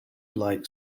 like